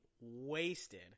wasted